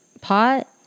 pot